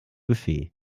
buffet